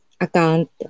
account